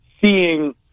seeing